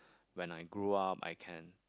when I grow up I can